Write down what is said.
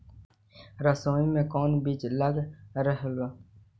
सरसोई मे कोन बीज लग रहेउ?